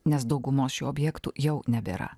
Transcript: nes daugumos šių objektų jau nebėra